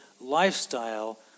lifestyle